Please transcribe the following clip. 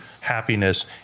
happiness